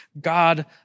God